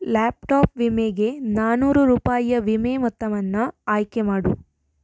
laptop ವಿಮೆಗೆ ನಾನ್ನೂರು ರೂಪಾಯಿಯ ವಿಮೆ ಮೊತ್ತವನ್ನು ಆಯ್ಕೆ ಮಾಡು